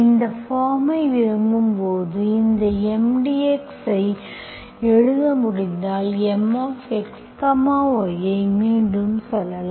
இந்த பார்ம்ஐ விரும்பும்போது இந்த M dx ஐ எழுத முடிந்தால் Mxyஐ மீண்டும் சொல்லலாம்